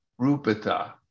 Rupata